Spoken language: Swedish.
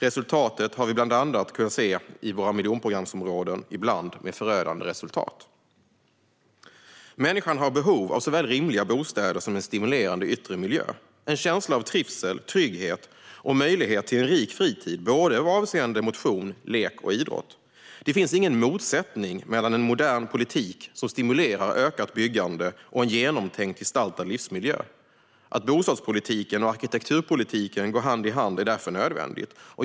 Resultatet har vi kunnat se bland annat i våra miljonprogramsområden, och ibland har det varit förödande. Människan har behov av både rimliga bostäder och en stimulerande yttre miljö med en känsla av trivsel, trygghet och möjlighet till en rik fritid avseende såväl motion som lek och idrott. Det finns ingen motsättning mellan en modern politik som stimulerar ökat byggande och en genomtänkt gestaltad livsmiljö. Att bostadspolitiken och arkitekturpolitiken går hand i hand är därför nödvändigt.